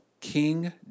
King